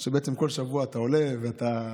או שבעצם כל שבוע אתה עולה ואתה אומר: